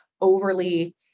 overly